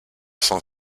cent